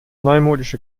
neumodische